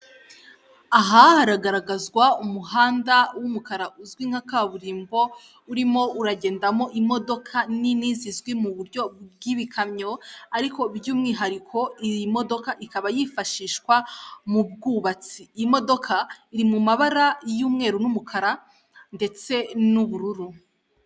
Aha haragaragazwa umuhanda w'umukara uzwi nka kaburimbo urimo uragendamo imodoka nini zizwi mu buryo bw'ibikamyo, ariko by'umwihariko iyi modoka ikaba yifashishwa mu bwubatsi, iyi imodoka iri mu mabara y'umweru n'umukara ndetse n'ubururu.